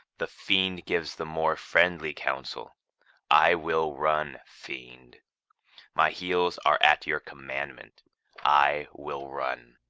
the fiend gives the more friendly counsel i will run, fiend my heels are at your commandment i will run.